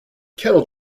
kettle